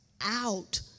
out